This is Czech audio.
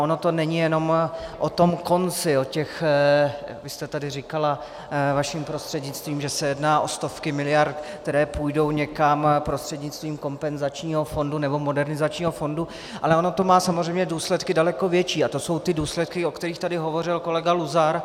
Ono to není jenom o tom konci, o těch, jak vy jste tady říkala vaším prostřednictvím, že se jedná o stovky miliard, které půjdou někam prostřednictvím kompenzačního fondu, nebo modernizačního fondu, ale ono to má samozřejmě důsledky daleko větší, a to jsou ty důsledky, o kterých tady hovořil kolega Luzar.